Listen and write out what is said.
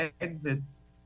exits